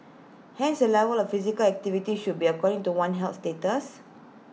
hence the level of physical activity should be according to one's health status